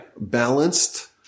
Balanced